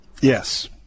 Yes